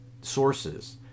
sources